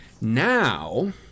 Now